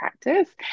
practice